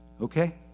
Okay